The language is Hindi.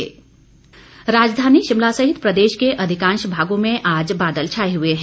मौसम राजधानी शिमला सहित प्रदेश के अधिकांश भागों में आज बादल छाए हए हैं